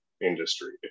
industry